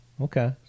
Okay